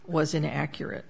was an accurate